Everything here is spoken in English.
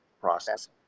process